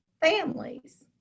families